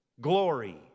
glory